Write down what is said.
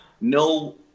no